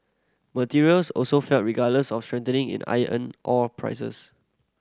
materials also fell regardless of strengthening in iron ore prices